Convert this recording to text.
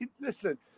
Listen